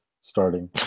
starting